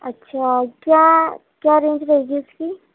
اچھا کیا کیا رینج رہے گی اِس کی